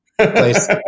Place